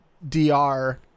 DR